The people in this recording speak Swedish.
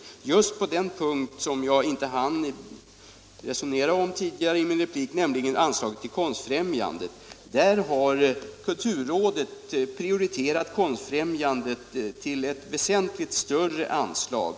När det gäller just den punkt som jag inte hann resonera om tidigare i min replik, nämligen anslaget till Konstfrämjandet, har kulturrådet föreslagit ett väsentligt större anslag.